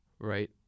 right